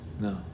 No